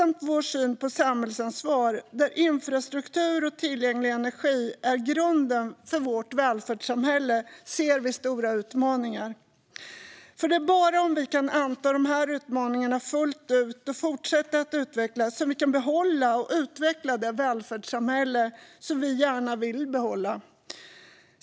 Med vår syn på samhällsansvar, där infrastruktur och tillgänglig energi är grunden till vårt välfärdssamhälle, ser vi stora utmaningar. Det är bara om vi kan anta de utmaningarna fullt ut och fortsätta att utvecklas som vi kan behålla och utveckla det välfärdssamhälle vi gärna vill behålla.